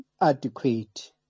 adequate